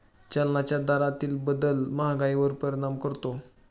चलनाच्या दरातील बदल महागाईवर परिणाम करतो